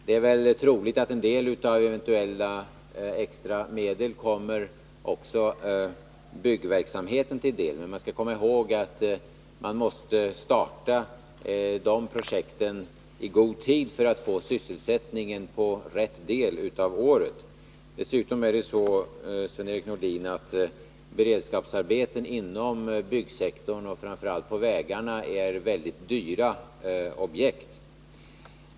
Det är väl troligt att en del av eventuella extra medel kommer också byggverksamheten till del, men man skall komma ihåg att man måste starta dessa projekt i god tid för att få sysselsättningen på rätt del av året. Dessutom är det så, Sven-Erik Nordin, att beredskapsarbeten inom byggsektorn, framför allt beträffande vägarna, är väldigt dyra objekt.